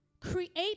Create